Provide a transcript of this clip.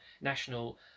national